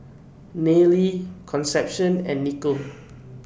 Nayely Concepcion and Nikko